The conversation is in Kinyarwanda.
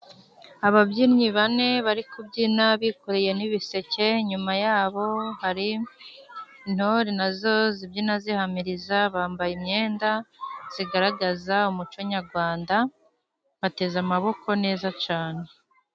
Ababyinnyi bane bari kubyina bikoreye n'ibiseke nyuma yabo hari intore nazo zibyina zihamiriza, bambaye imyenda zigaragaza umucyo nyarwanda, bateze amaboko neza cyane.